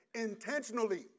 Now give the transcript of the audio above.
intentionally